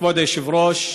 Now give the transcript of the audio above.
כבוד היושב-ראש,